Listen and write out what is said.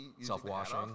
self-washing